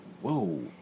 whoa